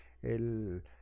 el